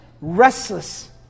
restless